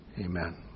Amen